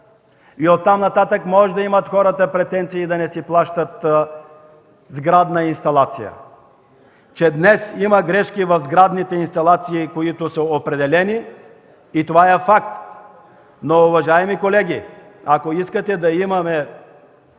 и оттам нататък може да имат хората претенции и да не си плащат сградна инсталация. Че днес има грешки в сградните инсталации, които са определени, това е факт, но, уважаеми колеги, ако искате да имаме